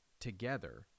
together